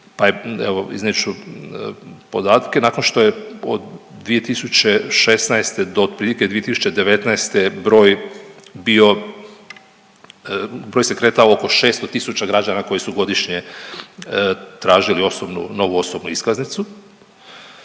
je, evo, iznijet ću podatke, nakon što je od 2016. do otprilike 2019. broj bio, broj se kretao oko 600 tisuća građana koji su godišnje tražili osobnu, novu osobnu iskaznicu,